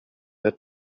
their